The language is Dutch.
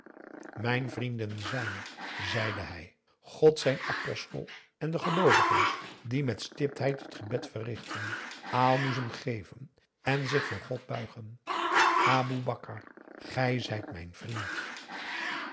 mijn vrienden zijn zeide hij god zijn apostel en de geloovigen die met stiptheid het gebed verrichten aalmoezen geven en zich voor god buigen aboe bakar gij zijt mijn vriend